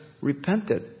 repented